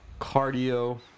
cardio